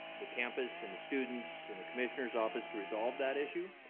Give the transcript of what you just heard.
the campus and the students and the commissioner's office to resolve that issue,